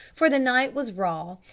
for the night was raw,